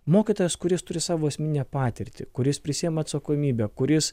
mokytojas kuris turi savo asmeninę patirtį kuris prisiima atsakomybę kuris